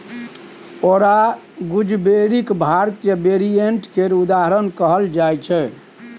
औरा गुजबेरीक भारतीय वेरिएंट केर उदाहरण कहल जाइ छै